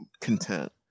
content